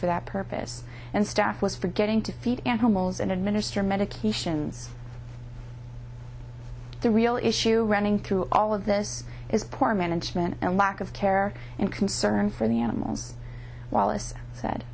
for that purpose and staff was forgetting to feed animals and administer medications the real issue running through all of this is poor management and lack of care and concern for the animals wallace